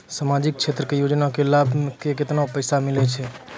समाजिक क्षेत्र के योजना के लाभ मे केतना पैसा मिलै छै?